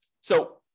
So-